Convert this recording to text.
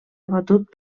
abatut